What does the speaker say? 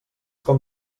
com